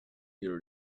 your